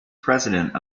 president